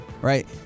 right